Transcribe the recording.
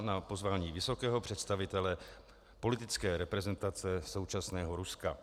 Na pozvání vysokého představitele politické reprezentace současného Ruska.